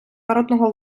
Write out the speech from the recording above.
народного